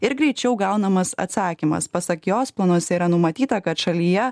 ir greičiau gaunamas atsakymas pasak jos planuose yra numatyta kad šalyje